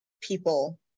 people